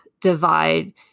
divide